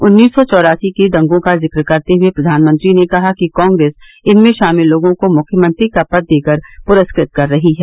उन्नीस सौ चौरासी के दंगों का जिक्र करते हुए प्रधानमंत्री ने कहा कि कांग्रेस इनमें शामिल लोगों को मुख्यमंत्री का पद देकर पुरस्कृत कर रही है